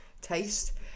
taste